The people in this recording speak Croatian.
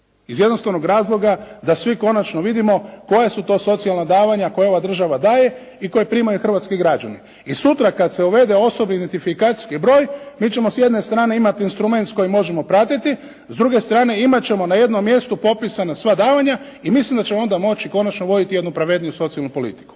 iz jednostavnog razloga da svi konačno vidimo koja su to socijalna davanja koja ova država daje i koje primaju hrvatski građani. I sutra kad se uvede osobni identifikacijski broj mi ćemo s jedne strane imati instrument s kojim možemo pratiti, s druge strane imat ćemo na jednom mjestu popisana sva davanja i mislim da će onda moći konačno voditi jednu pravedniju socijalnu politiku.